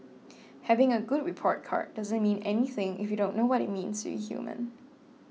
having a good report card doesn't mean anything if you don't know what it means to human